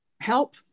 help